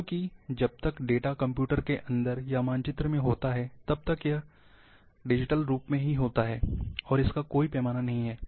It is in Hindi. चूंकि जब तक डेटा कंप्यूटर के अंदर या मानचित्र में होता है तब तक यह डिजिटल रूप में होता है और इसका कोई पैमाना नहीं है